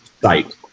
site